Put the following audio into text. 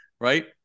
right